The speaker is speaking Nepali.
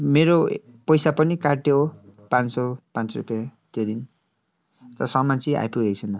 मेरो पैसा पनि काट्यो पाँच सय पाँच सय रुपियाँ त्यो दिन तर सामान चाहिँ आइपुगेको छैन